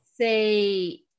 say